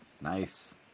Nice